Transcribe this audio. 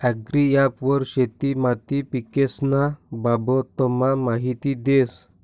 agri app वर शेती माती पीकेस्न्या बाबतमा माहिती देस